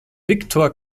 victor